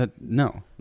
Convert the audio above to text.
No